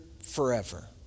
forever